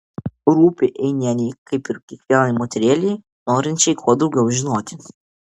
rūpi einienei kaip ir kiekvienai moterėlei norinčiai kuo daugiau žinoti